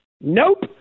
Nope